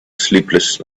sleepless